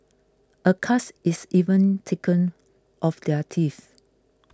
a cast is even taken of their teeth